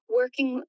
working